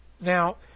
Now